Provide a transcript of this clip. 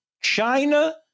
china